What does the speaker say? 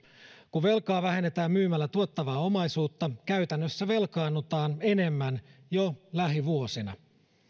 kun velkaa vähennetään myymällä tuottavaa omaisuutta käytännössä velkaannutaan enemmän jo lähivuosina